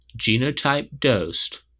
genotype-dosed